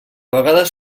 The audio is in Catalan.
vegades